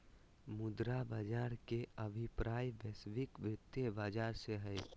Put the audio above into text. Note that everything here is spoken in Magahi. मुद्रा बाज़ार के अभिप्राय वैश्विक वित्तीय बाज़ार से हइ